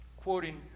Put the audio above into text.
quoting